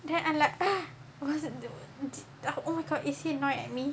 then I am like wasn't the tak oh is he not at me